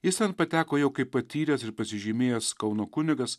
jis ten pateko jau kaip patyręs ir pasižymėjęs kauno kunigas